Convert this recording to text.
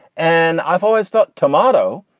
and i've always thought tomato,